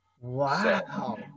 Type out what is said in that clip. Wow